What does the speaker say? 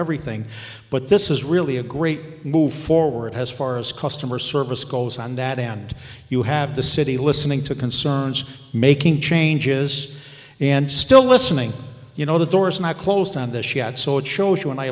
everything but this is really a great move forward as far as customer service goes on that and you have the city listening to concerns making changes and still listening you know the doors not closed on this yet so it shows you and i